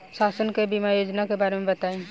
शासन के बीमा योजना के बारे में बताईं?